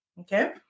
okay